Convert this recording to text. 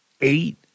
Eight